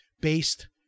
based